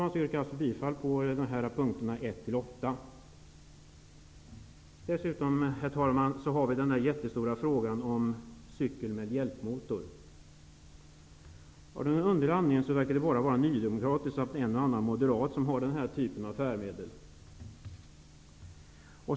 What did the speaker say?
Jag yrkar alltså bifall till punkterna 1-- Vidare har vi den jättestora frågan om cykel med hjälpmotor. Av någon underlig anledning verkar det bara vara nydemokrater och en och annan moderat som använder den typen av färdmedel.